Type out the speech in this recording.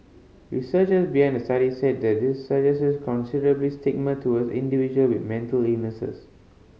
researchers behind the study said this suggests considerable stigma towards individual with mental illness